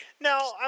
Now